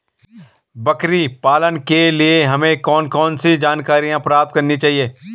बकरी पालन के लिए हमें कौन कौन सी जानकारियां प्राप्त करनी चाहिए?